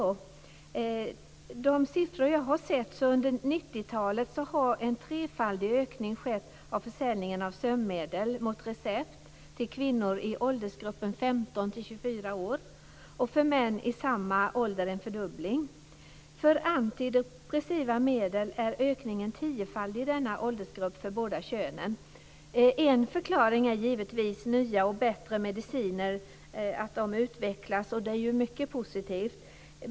Jag har sett siffror som visar att det under 1990-talet har skett en trefaldig ökning av försäljningen av sömnmedel mot recept till kvinnor i åldersgruppen 15-24 år. För män i samma ålder har det skett en fördubbling. När det gäller antidepressiva medel är ökningen tiofaldig i denna åldersgrupp för båda könen. En förklaring är givetvis att det är nya och bättre mediciner, att de utvecklas. Det är mycket positivt.